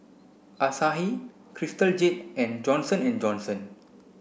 Asahi Crystal Jade and Johnson and Johnson